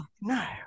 No